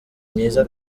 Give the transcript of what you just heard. myiza